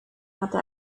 hatte